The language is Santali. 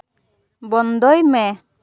ᱵᱚᱱᱫᱚᱭ ᱢᱮ